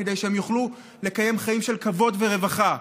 כדי שיוכלו לקיים חיים של כבוד ורווחה,